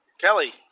Kelly